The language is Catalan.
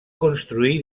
construir